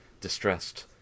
distressed